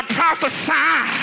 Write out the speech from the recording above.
prophesy